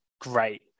great